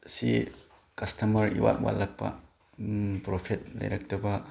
ꯁꯤ ꯀꯁꯇꯃꯔ ꯏꯋꯥꯠ ꯋꯥꯠꯂꯛꯄ ꯄ꯭ꯔꯣꯐꯤꯠ ꯂꯩꯔꯛꯇꯕ